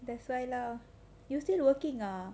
that's why lah you still working ah